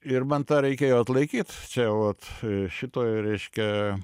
ir man tą reikėjo atlaikyt čia vat šitoj reiškia